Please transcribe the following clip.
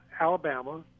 Alabama